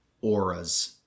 auras